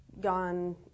gone